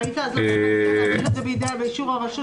והיית מציע להשאיר את זה באישור הרשות